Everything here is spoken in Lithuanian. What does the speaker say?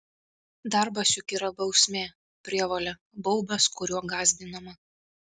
darbas juk yra bausmė prievolė baubas kuriuo gąsdinama